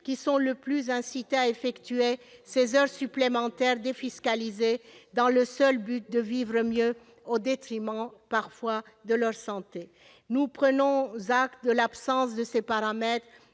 qui sont le plus incitées à effectuer ces heures supplémentaires défiscalisées, à seule fin de vivre mieux, au détriment parfois de leur santé. Nous prenons acte de l'absence de prise